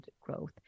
growth